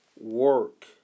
work